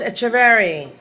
Echeverry